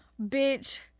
bitch